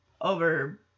over